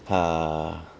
ah